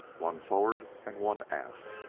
one forward and one aft.